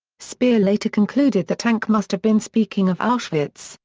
speer later concluded that hanke must have been speaking of auschwitz,